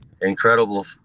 incredible